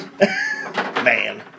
Man